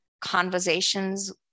conversations